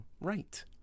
Right